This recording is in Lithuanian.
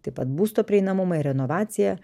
taip pat būsto prieinamumą ir renovaciją